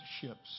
ships